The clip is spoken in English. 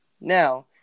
Now